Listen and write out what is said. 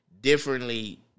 differently